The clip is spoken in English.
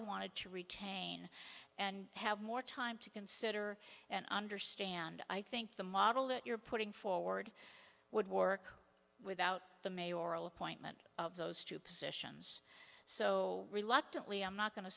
wanted to retain and have more time to consider and understand i think the model that you're putting forward would work without the may oral appointment of those two positions so reluctantly i'm not go